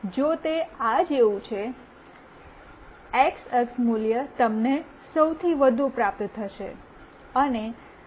તેથી જો તે આ જેવું છે એક્સ અક્ષ મૂલ્ય તમને સૌથી વધુ પ્રાપ્ત થશે